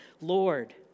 Lord